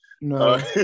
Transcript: no